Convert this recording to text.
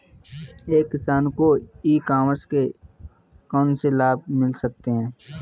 एक किसान को ई कॉमर्स के कौनसे लाभ मिल सकते हैं?